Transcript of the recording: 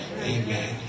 Amen